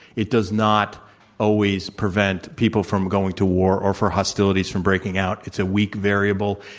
it does not always prevent people from going to war or for hostilities from breaking out. it's a weak variable,